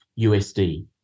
USD